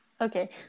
Okay